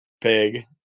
pig